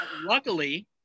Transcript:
Luckily